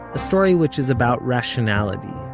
a story which is about rationality.